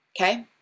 okay